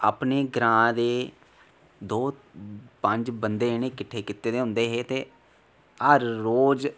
अपने ग्रांऽ दे दौ पंज बंदे इनें 'किट्ठे कीते दे होंदे हे ते हर रोज़